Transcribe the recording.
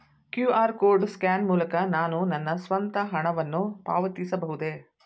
QR code scan ಮೂಲಕ ನಾನು ನನ್ನ ಸ್ವಂತ ಹಣವನ್ನು ಪಾವತಿಸಬಹುದೇ?